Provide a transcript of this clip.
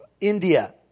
India